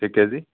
ਠੀਕ ਹੈ ਜੀ